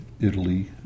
Italy